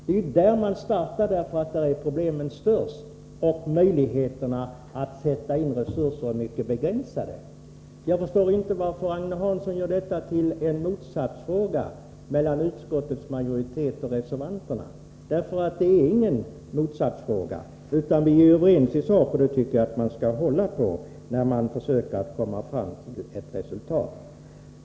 Det är där man bör starta därför att det är där problemen är störst, och möjligheterna att sätta in resurser är mycket begränsade. Jag förstår inte varför Agne Hansson gör detta till en motsatsfråga mellan utskottsmajoriteten och reservanterna. Det är ingen motsatsfråga, utan vi är överens i sak. Det tycker jag att man skall hålla i minnet när man försöker komma fram till resultat.